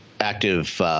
active